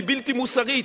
היא בלתי מוסרית,